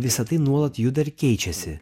visa tai nuolat juda ir keičiasi